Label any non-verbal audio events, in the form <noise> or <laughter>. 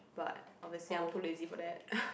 but obviously I'm too lazy for that <laughs>